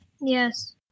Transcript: Yes